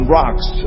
rocks